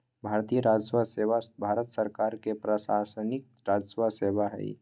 भारतीय राजस्व सेवा भारत सरकार के प्रशासनिक राजस्व सेवा हइ